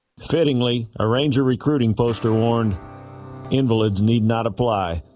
fittingly a ranger recruiting poster warned invalids need not apply